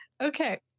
Okay